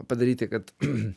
padaryti kad